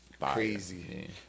Crazy